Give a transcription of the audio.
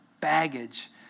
baggage